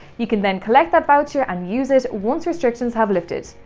you can then collect that voucher and use it once restrictions have lifted.